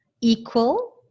equal